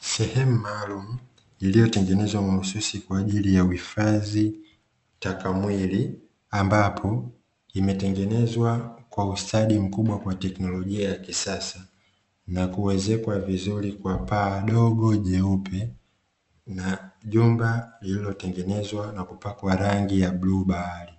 Sehemu maalumu iliyotengenezwa mahususi kwa ajili ya uhifadhi taka mwili, ambapo imetengenezwa kwa ustadi mkubwa kwa teknolojia ya kisasa na kuwezekwa vizuri kwa paa dogo jeupe na jumba lililotengenezwa na kupakwa rangi ya bluu bahari,